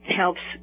helps